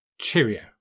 Cheerio